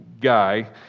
guy